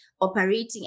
operating